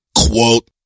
Quote